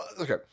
okay